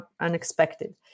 unexpected